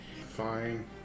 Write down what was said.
Fine